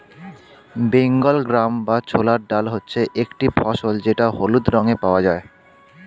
Bengal gram বা ছোলার ডাল হচ্ছে একটি ফসল যেটা হলুদ রঙে পাওয়া যায়